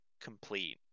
complete